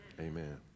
Amen